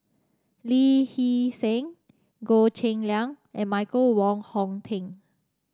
Lee Hee Seng Goh Cheng Liang and Michael Wong Hong Teng